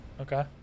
Okay